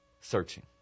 searching